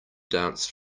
dance